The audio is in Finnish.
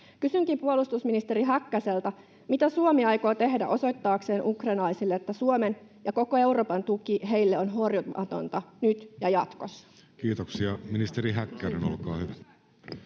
Kysynkin puolustusministeri Häkkäseltä: Mitä Suomi aikoo tehdä osoittaakseen ukrainalaisille, että Suomen ja koko Euroopan tuki heille on horjumatonta nyt ja jatkossa? Kiitoksia. — Ministeri Häkkänen, olkaa hyvä.